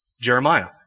Jeremiah